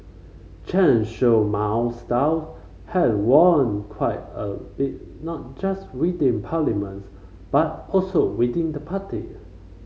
Chen Show Mao's style has waned quite a bit not just within parliaments but also within the party